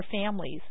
families